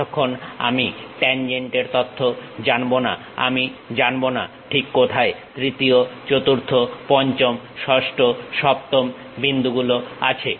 যতক্ষণ আমি ট্যানজেন্টের তথ্য জানবো না আমি জানবো না ঠিক কোথায় তৃতীয় চতুর্থ পঞ্চম ষষ্ঠ সপ্তম বিন্দুগুলো আছে